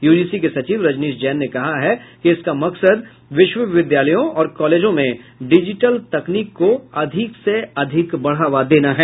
UGC के सचिव रजनीश जैन ने कहा है कि इसका मकसद विश्वविद्यालयों और कॉलेजों में डिजीटल तकनीक का अधिक से अधिक बढ़ावा देना है